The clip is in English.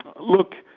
look,